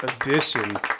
edition